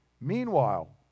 Meanwhile